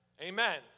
Amen